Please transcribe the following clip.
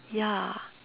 ya